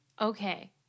okay